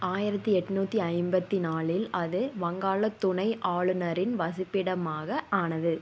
ஆயிரத்தி எண்நூத்தி ஐம்பத்தி நாளில் அது வங்காளத் துணை ஆளுநரின் வசிப்பிடமாக ஆனது